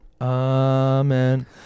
Amen